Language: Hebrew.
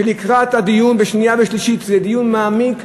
שלקראת הדיון בקריאה שנייה ושלישית יהיה דיון מעמיק,